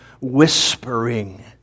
whispering